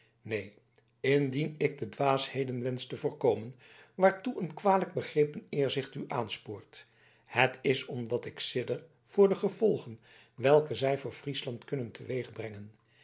neen indien ik de dwaasheden wensch te voorkomen waartoe een kwalijk begrepen eerzucht u aanspoort het is omdat ik sidder voor de gevolgen welke zij voor friesland kunnen